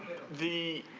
the